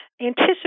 anticipate